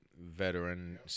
veteran